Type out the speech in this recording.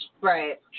right